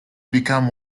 become